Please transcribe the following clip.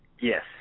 yes